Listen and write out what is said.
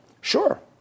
Sure